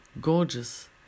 gorgeous